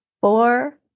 four